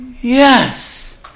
Yes